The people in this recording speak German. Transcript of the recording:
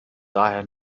daher